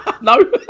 No